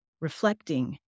reflecting